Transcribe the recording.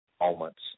moments